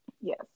Yes